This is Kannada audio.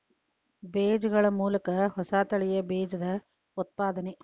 ಬೇಜಗಳ ಮೂಲಕ ಹೊಸ ತಳಿಯ ಬೇಜದ ಉತ್ಪಾದನೆ